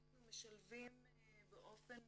אנחנו משלבים באופן